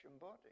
body